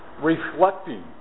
reflecting